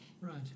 Right